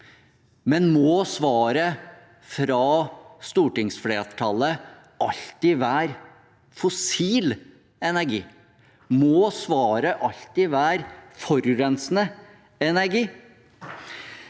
men må svaret fra stortingsflertallet alltid være fossil energi? Må svaret alltid være forurensende energi?